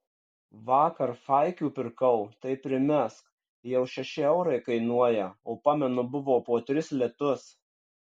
vakar faikių pirkau tai primesk jau šeši eurai kainuoja o pamenu buvo po tris litus